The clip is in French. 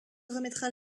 remettra